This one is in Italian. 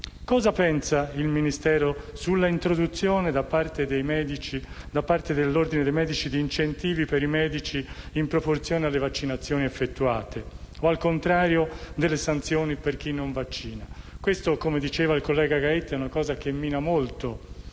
Cosa pensa il Ministero sulla introduzione da parte dell'Ordine dei medici di incentivi per i medici in proporzione alle vaccinazioni effettuate o, al contrario, di sanzioni per chi non vaccina? Questa, come ha evidenziato il collega Gaetti, è una cosa che mina molto